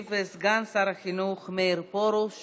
ישיב סגן שר החינוך מאיר פרוש